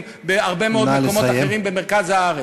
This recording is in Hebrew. בהרבה מאוד מקומות אחרים במרכז הארץ.